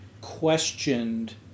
questioned